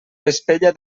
vespella